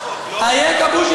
אייכה, בוז'י?